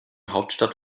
hauptstadt